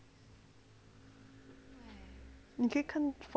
你可以 from 它的 eyes